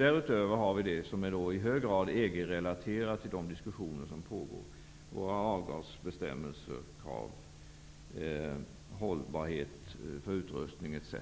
Därutöver har vi det som i hög grad är EG-relaterat i de diskussioner som pågår; våra avgasbestämmelsekrav, hållbarhet för utrustning, etc.